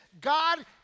God